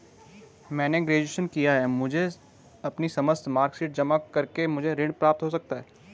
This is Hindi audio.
मैंने ग्रेजुएशन किया है मुझे अपनी समस्त मार्कशीट जमा करके मुझे ऋण प्राप्त हो सकता है?